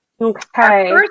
Okay